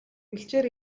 бэлчээр